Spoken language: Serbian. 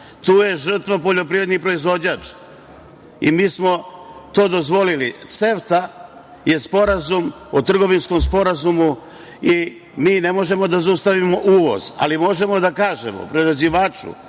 Tu je žrtva poljoprivredni proizvođač i mi smo to dozvolili. CEFTA je trgovinski sporazum i mi ne možemo da zaustavimo uvoz, ali možemo da kažemo prerađivaču